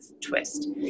twist